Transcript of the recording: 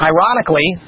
Ironically